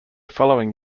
following